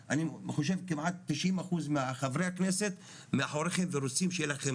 אני חושב כמעט 90 אחוז מהחברי כנסת מאחוריכם ורוצים שיהיה לכם